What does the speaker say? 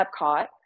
Epcot